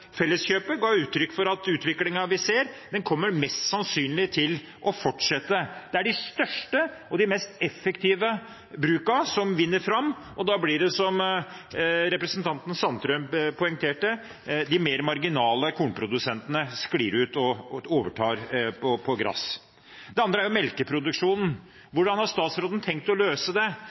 Felleskjøpet ga uttrykk for at utviklingen vi ser, kommer mest sannsynlig til å fortsette. Det er de største og mest effektive brukene som vinner fram, og da blir det som representanten Sandtrøen poengterte, at de mer marginale kornprodusentene sklir ut og overtar på gras. Det andre er melkeproduksjonen. Hvordan har statsråden tenkt å løse det?